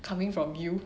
coming from you